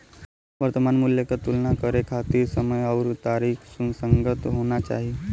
वर्तमान मूल्य क तुलना करे खातिर समय आउर तारीख सुसंगत होना चाही